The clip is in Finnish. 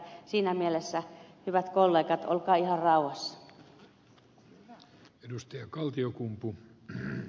siinä mielessä hyvät kollegat olkaa ihan rauhassa